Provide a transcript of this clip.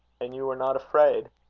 and you were not afraid?